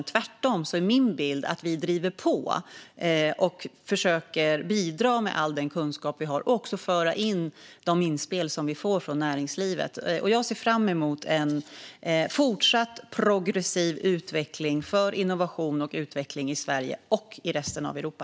Tvärtom är min bild att vi driver på och försöker bidra med all den kunskap vi har och föra in de inspel som vi får från näringslivet. Jag ser fram emot en fortsatt progressiv utveckling för innovation och utveckling i Sverige och i resten av Europa.